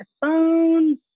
phone